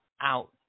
out